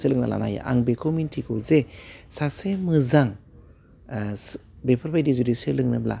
सोलोंना लानो हायो आं बिखौ मिनथिगौ जे सासे मोजां ओह बेफोरबायदि जुदि सोलोंनोब्ला